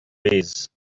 ways